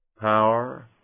power